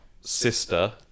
sister